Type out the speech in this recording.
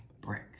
brick